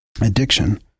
Addiction